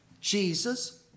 Jesus